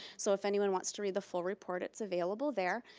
so if anyone wants to read the full report, it's available there.